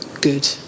good